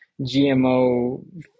GMO